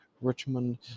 Richmond